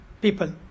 people